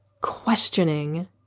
questioning